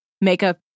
makeup